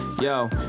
Yo